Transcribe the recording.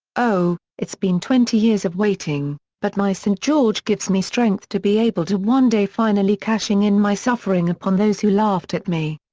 oh, it's been twenty years of waiting, but my st. george gives me strength to be able to one day finally cashing in my suffering upon those who laughed at me.